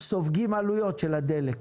סופגים עלויות של הדלק.